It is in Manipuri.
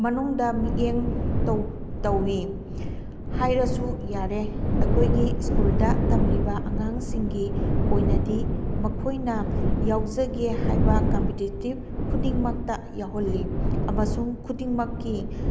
ꯃꯅꯨꯡꯗ ꯃꯤꯠꯌꯦꯡ ꯇꯧꯏ ꯍꯥꯏꯔꯁꯨ ꯌꯥꯔꯦ ꯑꯩꯈꯣꯏꯒꯤ ꯁ꯭ꯀꯨꯜꯗ ꯇꯃꯂꯤꯕ ꯑꯉꯥꯡꯁꯤꯡꯒꯤ ꯑꯣꯏꯅꯗꯤ ꯃꯈꯣꯏꯅ ꯌꯥꯎꯖꯒꯦ ꯍꯥꯏꯕ ꯀꯝꯄꯤꯇꯤꯇꯤꯞ ꯈꯨꯗꯤꯡꯃꯛꯇ ꯌꯥꯎꯍꯜꯂꯤ ꯑꯃꯁꯨꯡ ꯈꯨꯗꯤꯡꯃꯛꯀꯤ